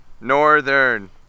Northern